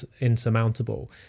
insurmountable